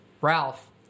Ralph